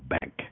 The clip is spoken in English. bank